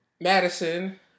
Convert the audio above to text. Madison